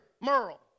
Merle